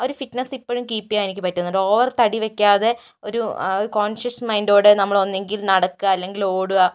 ആ ഒരു ഫിറ്റ്നസ് ഇപ്പോഴും കീപ്പ് ചെയ്യാൻ എനിക്ക് പറ്റുന്നുണ്ട് ഓവർ തടി വെക്കാതെ ഒരു ഒരു കോണ്ഷ്യസ് മൈന്ഡോടെ നമ്മള് ഒന്നുകിൽ നടക്കുക അല്ലെങ്കില് ഓടുക